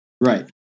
Right